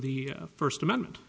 the first amendment